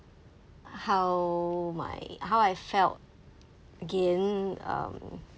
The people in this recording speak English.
how my how I felt again um